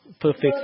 perfect